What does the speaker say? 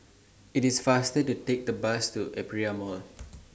IT IS faster to Take The Bus to Aperia Mall